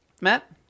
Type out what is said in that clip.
Matt